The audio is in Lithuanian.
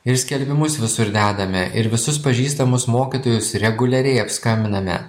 ir skelbimus visur dedame ir visus pažįstamus mokytojus reguliariai apskambiname